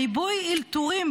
ריבוי אלתורים,